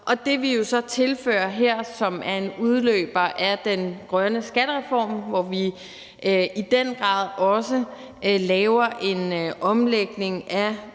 Det, vi jo så tilføjer her, er en udløber af den grønne skattereform, hvor vi i den grad også laver en omlægning af